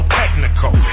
technical